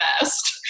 best